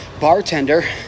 bartender